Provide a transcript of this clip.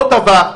עוד דבר,